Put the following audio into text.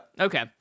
Okay